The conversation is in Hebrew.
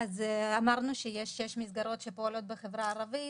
אמרנו שיש שש מסגרות שפועלות בחברה הערבית.